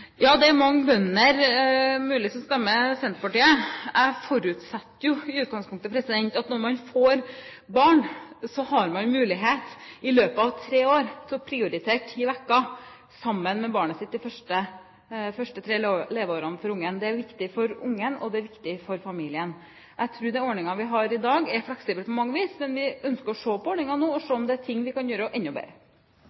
Ja, det er muligens mange bønder som stemmer på Senterpartiet. Jeg forutsetter i utgangspunktet at når man får barn, har man mulighet til å prioritere ti uker sammen med barnet sitt i løpet av de tre første leveårene til barnet. Det er viktig for barnet, og det er viktig for familien. Jeg tror den ordningen vi har i dag, er fleksibel på mange vis. Men vi ønsker å se på ordningen nå og